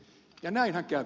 ja näinhän kävi